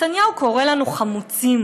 נתניהו קורא לנו "חמוצים"